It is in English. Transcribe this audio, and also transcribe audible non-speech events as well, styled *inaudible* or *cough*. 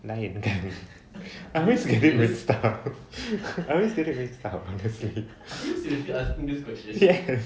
lain kan *laughs* I always get them mixed up I always get them mixed up I'm just saying yes